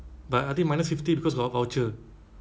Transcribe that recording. but I think minus fifty because got voucher